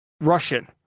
Russian